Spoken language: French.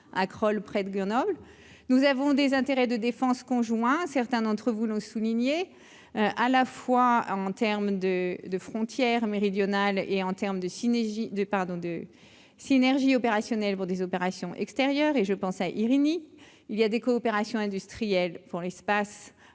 à Crolles près de Grenoble, nous avons des intérêts de défense conjoint, certains d'entre vous l'ont souligné à la fois en termes de de frontière méridionale et en terme de synergies de pardon de synergies opérationnelles pour des opérations extérieures, et je pense à il il y a des coopérations industrielles pour l'espace,